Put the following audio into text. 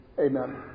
Amen